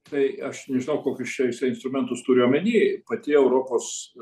tai aš nežinau kokius čia jisai instrumentus turi omeny pati europos